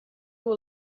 will